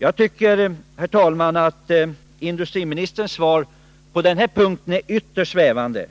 Jag tycker, herr talman, att industriministerns svar på denna punkt är ytterst svävande,